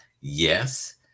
Yes